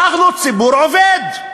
אנחנו ציבור עובד.